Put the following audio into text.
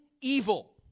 evil